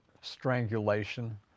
strangulation